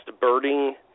birding